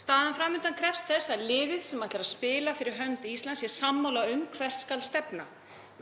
Staðan fram undan krefst þess að liðið sem ætlar að spila fyrir hönd Íslands sé sammála um hvert skuli stefna.